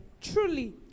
truly